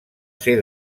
ser